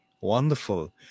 wonderful